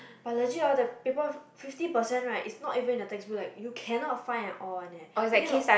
but legit oh the paper fifty percent right it's not even in the textbook like you cannot find at all one leh